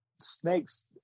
snakes